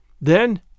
Then